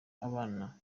abana